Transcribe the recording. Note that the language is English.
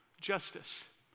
Justice